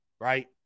right